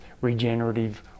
regenerative